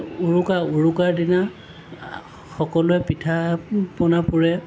উৰুকাৰ দিনা সকলোৱে পিঠা পনা পুৰে